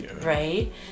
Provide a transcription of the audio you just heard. Right